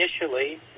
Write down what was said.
initially